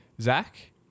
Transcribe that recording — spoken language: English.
Zach